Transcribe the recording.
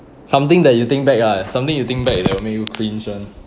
something that you think back ah something you think back that will make you cringe [one]